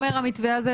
מה אומר המתווה הזה?